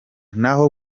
naho